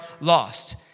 lost